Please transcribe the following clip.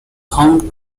home